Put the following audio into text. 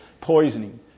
poisoning